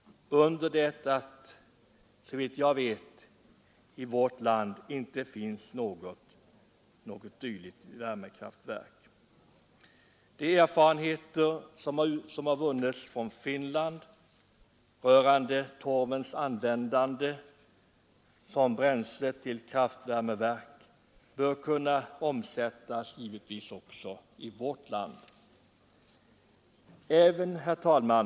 Såvitt jag vet finns det inte i vårt land något dylikt kraftverk. De erfarenheter som har vunnits i Finland rörande torvens användande som bränsle till kraftvärmeverk bör kunna omsättas även i vårt land. Herr talman!